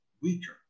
weaker